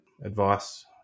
advice